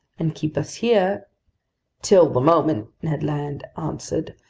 and keep us here till the moment, ned land answered,